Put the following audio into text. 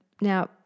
now